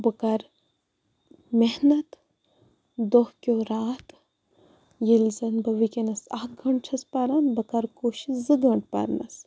بہٕ کَرٕ محنت دۄہ کیو راتھ ییٚلہِ زَن بہٕ وٕکٮ۪نَس اَکھ گٲنٛٹہٕ چھَس پَران بہٕ کَرٕ کوٗشِش زٕ گٲنٛٹہٕ پَرنَس